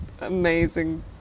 amazing